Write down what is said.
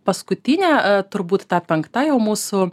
paskutinė turbūt ta penkta jau mūsų